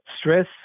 stress